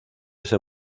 ese